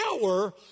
power